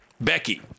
Becky